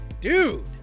dude